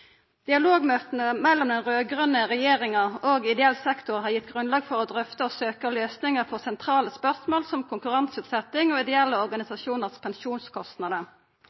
mellom den raud-grøne regjeringa og ideell sektor har gitt grunnlag for å drøfta og søkja løysingar på sentrale spørsmål som konkurranseutsetjing og ideelle organisasjonars pensjonskostnader.